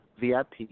VIP